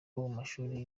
mashuri